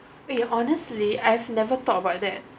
ya honestly I've never thought about that